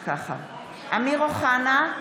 (קוראת בשמות חברי הכנסת) אמיר אוחנה,